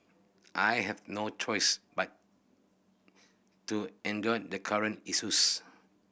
I have no choice but to endure the current issues